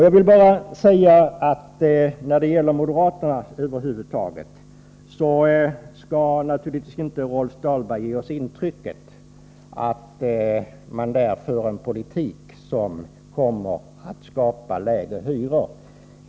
Jag vill säga att Rolf Dahlberg inte skall försöka ge oss intrycket att moderaternas politik över huvud taget kommer att skapa lägre hyror.